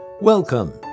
Welcome